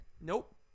nope